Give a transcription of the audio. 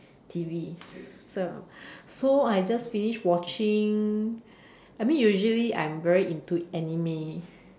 T_V so so I just finish watching I mean usually I'm very into anime